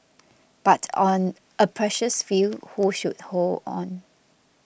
but on a precious few who should hold on